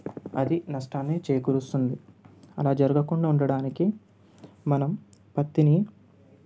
అది నష్టాన్ని చేకూరుస్తుంది అలా జరగకుండా ఉండడానికి మనం పత్తిని